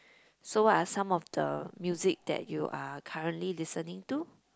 so what are some of the music that you are currently listening to